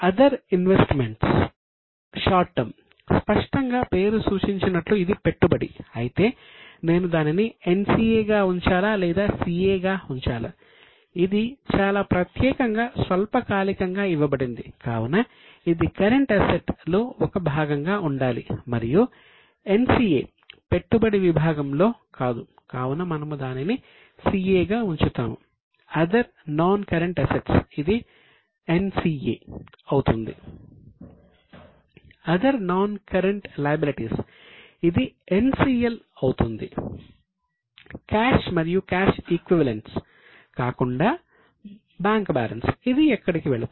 other investments ఇది NCA non current assets అవుతుంది